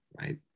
right